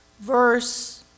Verse